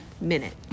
minute